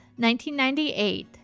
1998